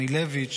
אנילביץ',